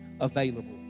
available